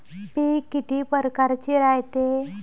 पिकं किती परकारचे रायते?